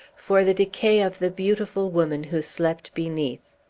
for the decay of the beautiful woman who slept beneath.